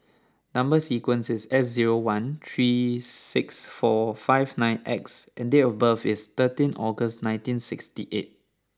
number sequence is S zero one three six four five nine X and date of birth is thirteen August nineteen sixty eight